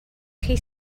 chi